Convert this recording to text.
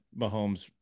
Mahomes